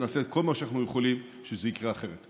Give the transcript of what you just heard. ונעשה את כל מה שאנחנו יכולים כדי שזה יקרה אחרת.